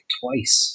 twice